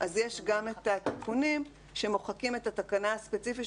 יש גם תיקונים שמוחקים את התקנה הספציפית,